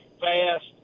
fast